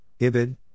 IBID